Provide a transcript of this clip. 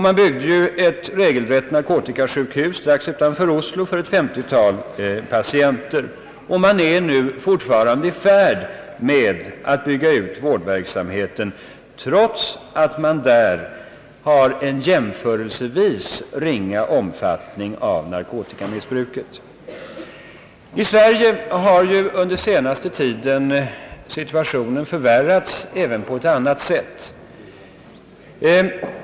Man byggde ett regelrätt narkotikasjukhus strax utanför Oslo för ett 50-tal patienter, och man är fortfarande i färd med att bygga ut vårdverksamheten, trots att omfattningen av narkotikamissbruket i Norge är jämförelsevis ringa. I Sverige har under den senaste tiden situationen förvärrats även på ett annat sätt.